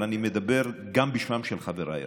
אבל אני מדבר גם בשמם של חבריי.